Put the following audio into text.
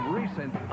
recent